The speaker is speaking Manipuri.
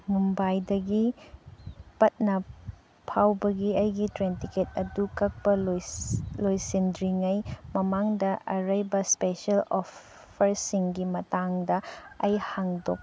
ꯃꯨꯝꯕꯥꯏꯗꯒꯤ ꯄꯠꯅꯥ ꯐꯥꯎꯕꯒꯤ ꯑꯩꯒꯤ ꯇ꯭ꯔꯦꯟ ꯇꯤꯀꯦꯠ ꯑꯗꯨ ꯀꯛꯄ ꯂꯣꯏꯁꯤꯟꯗ꯭ꯔꯤꯉꯩ ꯃꯃꯥꯡꯗ ꯑꯔꯩꯕ ꯁ꯭ꯄꯦꯁꯦꯜ ꯑꯣꯐꯔꯁꯤꯡꯒꯤ ꯃꯇꯥꯡꯗ ꯑꯩ ꯍꯪꯗꯣꯛ